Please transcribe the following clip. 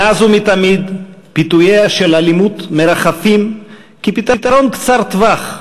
מאז ומתמיד ביטוייה של אלימות מרחפים כפתרון קצר-טווח,